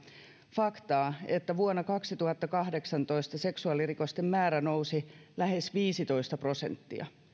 faktaa että vuonna kaksituhattakahdeksantoista seksuaalirikosten määrä nousi lähes viisitoista prosenttia